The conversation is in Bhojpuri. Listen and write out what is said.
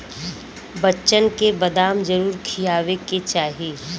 बच्चन के बदाम जरूर खियावे के चाही